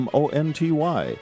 Monty